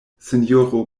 sinjoro